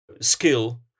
skill